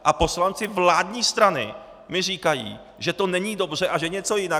A poslanci vládní strany mi říkají, že to není dobře a že je něco jinak.